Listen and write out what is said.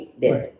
dead